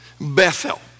Bethel